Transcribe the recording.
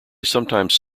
sometimes